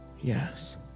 Yes